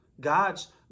God's